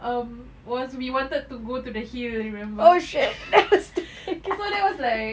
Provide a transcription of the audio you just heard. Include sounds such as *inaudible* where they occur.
um was we wanted to go to the hill remember *laughs* kita there was like